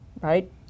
right